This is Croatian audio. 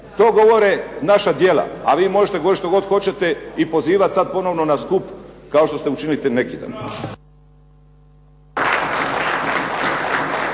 To govore naša djela, a vi možete govoriti što god hoćete i pozivati sad ponovno na skup kao što ste učinili to neki dan.